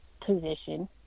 position